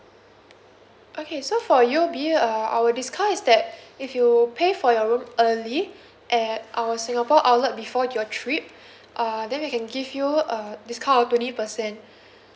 okay so for U_O_B uh our discount is that if you pay for your room early at our singapore outlet before your trip uh then we can give you a discount of twenty percent